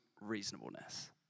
reasonableness